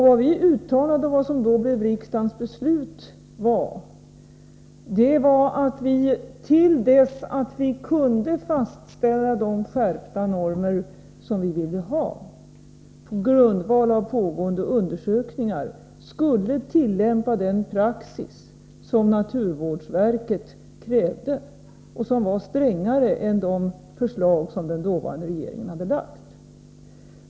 Vad vi då uttalade, och det blev riksdagens beslut, var att vi till dess att vi kunde fastställa de skärpta normer som vi ville ha på grundval av pågående undersökningar skulle tillämpa den praxis som naturvårdsverket krävde och som var strängare än de förslag som den dåvarande regeringen lagt fram.